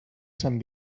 sant